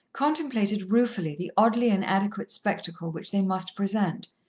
contemplated ruefully the oddly inadequate spectacle which they must present,